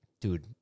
dude